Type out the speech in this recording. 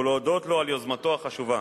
ולהודות לו על יוזמתו החשובה.